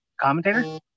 Commentator